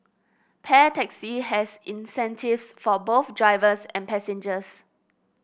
Pair Taxi has incentives for both drivers and passengers